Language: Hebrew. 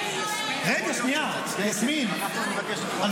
מה שיסמין אומרת --- תראה איזה יופי,